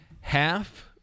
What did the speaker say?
Half